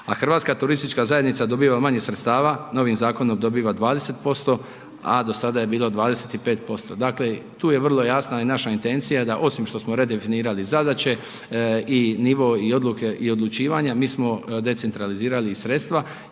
a Hrvatska turistička zajednica dobiva manje sredstava, novim zakonom dobiva 20%, a do sada je bilo 25%. Dakle, tu je vrlo jasna i naša intencija da osim što smo redefinirali zadaće i nivo i odluke i odlučivanja mi smo decentralizirali i sredstava